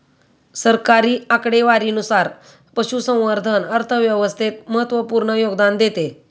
सरकारी आकडेवारीनुसार, पशुसंवर्धन अर्थव्यवस्थेत महत्त्वपूर्ण योगदान देते